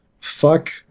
Fuck